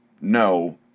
no